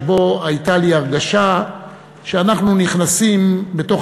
שבו הייתה לי הרגשה שאנחנו נכנסים בתוך